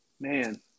Man